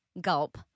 Gulp